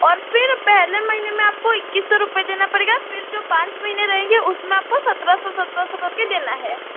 और फिर पहले महीने में आपको इक्कीस सौ रुपये देना पड़ेगा फिर जो पाँच महीने रहेंगे उसमे आपको सत्रह सत्रह सौ कर के देना है